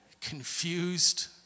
confused